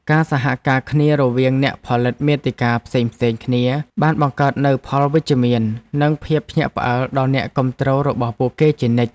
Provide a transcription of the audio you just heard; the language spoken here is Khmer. ការសហការគ្នារវាងអ្នកផលិតមាតិកាផ្សេងៗគ្នាបានបង្កើតនូវផលវិជ្ជមាន និងភាពភ្ញាក់ផ្អើលដល់អ្នកគាំទ្ររបស់ពួកគេជានិច្ច។